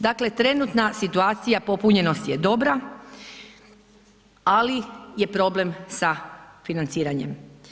Dakle trenutna situacija popunjenosti je dobra, ali je problem sa financiranjem.